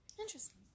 Interesting